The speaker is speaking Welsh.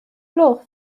gloch